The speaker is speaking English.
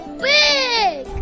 big